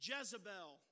Jezebel